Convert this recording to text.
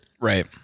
Right